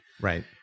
Right